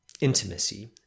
intimacy